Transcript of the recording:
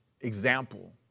example